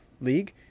league